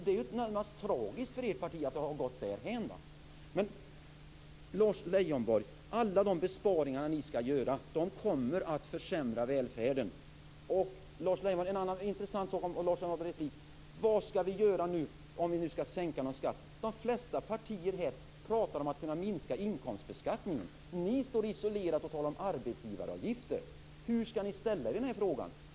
Det är närmast tragiskt för ert parti att det har gått därhän. Alla de besparingar ni skall göra, Lars Leijonborg, kommer att försämra välfärden. En annan intressant sak är vad vi skall göra om vi nu skall sänka någon skatt. De flesta partier här pratar om att kunna minska inkomstbeskattningen. Ni står isolerade och talar om arbetsgivaravgifter. Hur skall ni ställa er i den här frågan?